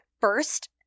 first –